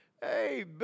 hey